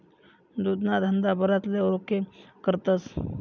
दुधना धंदा बराच लोके करतस